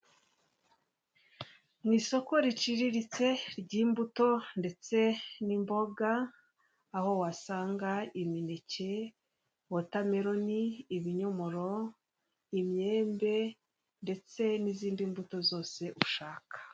Mu isoko riciriritse ry'imbuto ndetse n'imboga, aho wasanga imineke, wotameloni, ibinyomoro, imyembe ndetse n'izindi mbuto zose ushaka.